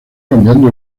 cambiando